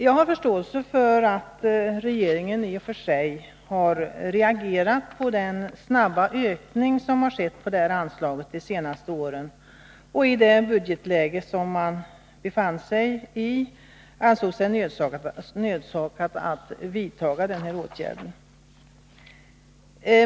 Jag har förståelse för att regeringen i och för sig har reagerat på den snabba ökning av det här anslaget som skett de senaste åren och i det budgetläge som man befann sig i ansett sig nödsakad att vidtaga den här åtgärden.